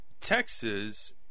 Texas